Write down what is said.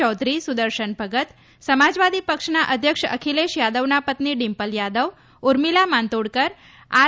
ચૌધરી સુદર્શન ભગત સમાજવાદી પક્ષના અધ્યક્ષ અખિલેશ યાદવની પત્ની ડિમ્પલ યાદવ ઉર્મીલા માતોંડકર આર